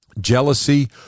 jealousy